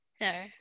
No